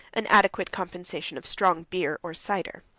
an adequate compensation of strong beer or cider.